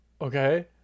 Okay